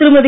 திருமதி